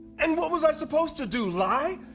and what was i supposed to do lie?